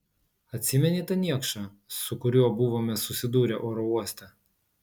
atsimeni tą niekšą su kuriuo buvome susidūrę oro uoste